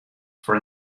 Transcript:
for